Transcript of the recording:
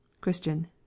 christian